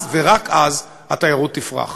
אז ורק אז התיירות תפרח.